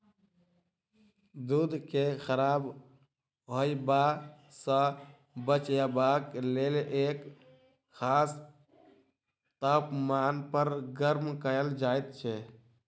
दूध के खराब होयबा सॅ बचयबाक लेल एक खास तापमान पर गर्म कयल जाइत छै